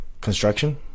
Construction